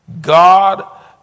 God